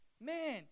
Man